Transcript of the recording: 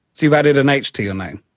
you've added an h to your name.